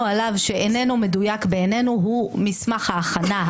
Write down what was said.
עליו שאיננו מדויק בעינינו הוא מסמך ההכנה,